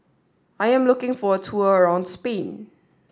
I am looking for a tour around Spain